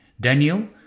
Daniel